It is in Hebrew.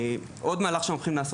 זה עוד מהלך שאנחנו הולכים לעשות.